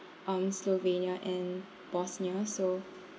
um slovenia and bosnia so